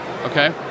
Okay